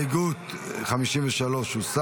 הסתייגות 53 לחלופין